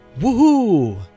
Woohoo